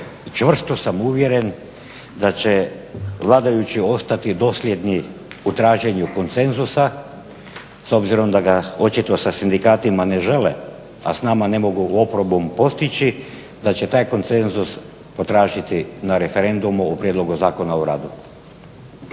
čvrsto sam uvjeren da će vladajući ostati dosljedni u traženju konsenzusa s obzirom da ga očito sa sindikatima ne žele, a s nama ne mogu … postići da je taj konsenzus potražiti na referendumu o Prijedlogu zakona o radu.